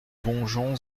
bonjon